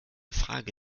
frage